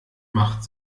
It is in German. macht